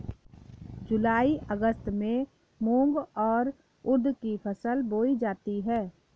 जूलाई अगस्त में मूंग और उर्द की फसल बोई जाती है